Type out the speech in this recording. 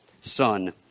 Son